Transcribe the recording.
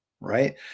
right